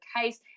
case